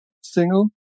single